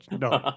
no